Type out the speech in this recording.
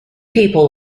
people